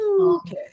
Okay